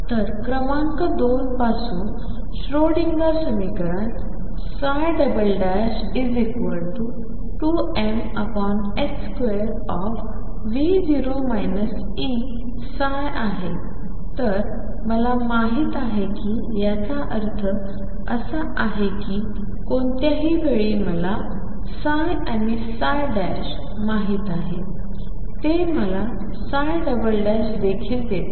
तरक्रमांक 2 पासून श्रोडिंगर समीकरण 2m2V0 E आहे तर मला माहित आहे की याचा अर्थ असा आहे की कोणत्याही वेळी मला आणि ψ माहित आहे ते मला देखील देते